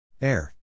Air